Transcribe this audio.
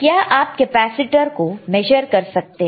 क्या आप कैपेसिटर को मेज़र कर सकते हैं